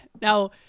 Now